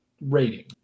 Rating